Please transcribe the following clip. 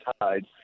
tide